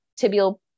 tibial